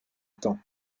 temps